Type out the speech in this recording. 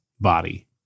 body